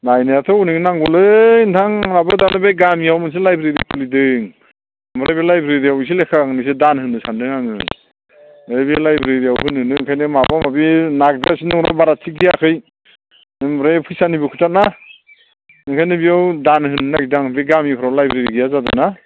नायनायाथ' अनेक नांगौलै नोंथां आंहाबो दा बे गामियाव मोनसे लाइब्रेरि खुलिदों ओमफ्राय बे लाइब्रेरियाव एसे लेखा गांनैसो दान होनो सानदों आङो ओमफ्राय बे लाइब्रेरियाव होनोनो ओंखायनो माबा माबि नागिरगासिनो बारा थिख जायाखै ओमफ्राय फैसानिबो खोथाना ओंखायनो बेयाव दान होनो नागिरदां बे गामिफ्राव लाइब्रेरि गैया जादोंना